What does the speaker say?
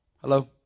Hello